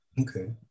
Okay